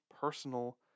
personal